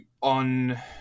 on